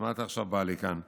אז מה אתה עכשיו בא לי כאן?